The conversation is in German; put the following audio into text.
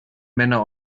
männer